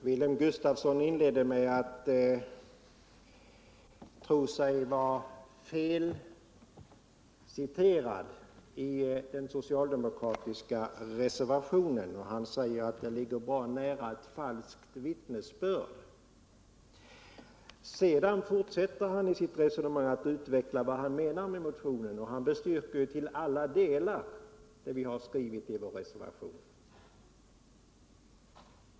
Herr talman! Wilhelm Gustafsson inledde med att göra gällande att han skulle vara feleiterad i den socialdemokratiska reservationen, och han sade att tolkningen av innehållet i motionen ligger bra nära ett falskt vittnesbörd. Sedan fortsatte han sitt resonemang med att utveckla vad han menar med motionen. Han bestyrkte då till alla delar der vi skrivit i vår reservation.